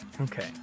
Okay